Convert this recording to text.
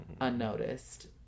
unnoticed